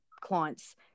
clients